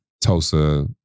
Tulsa